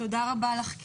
תודה רבה לך.